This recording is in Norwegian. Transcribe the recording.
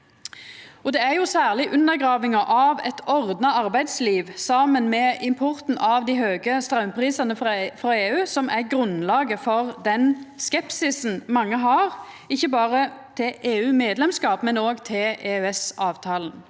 Det er særleg undergravinga av eit ordna arbeidsliv saman med importen av dei høge straumprisane frå EU som er grunnlaget for den skepsisen mange har, ikkje berre til EU-medlemskap, men òg til EØS-avtalen